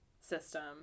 system